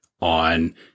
on